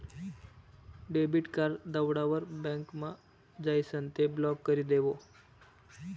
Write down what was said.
debit card दवडावर बँकमा जाइसन ते ब्लॉक करी देवो